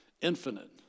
infinite